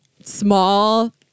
small